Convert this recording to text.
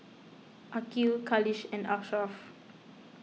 Aqil Khalish and Ashraff